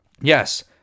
Yes